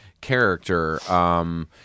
character